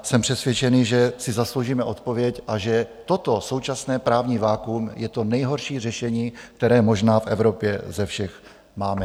Jsem přesvědčený, že si zasloužíme odpověď a že toto současné právní vakuum je to nejhorší řešení, které možná v Evropě ze všech máme.